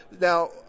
Now